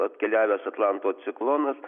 atkeliavęs atlanto ciklonas